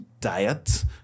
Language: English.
diet